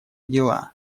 дела